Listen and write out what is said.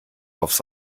aufs